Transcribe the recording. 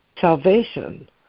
Salvation